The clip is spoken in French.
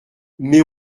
mais